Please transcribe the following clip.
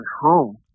home